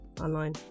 online